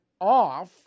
off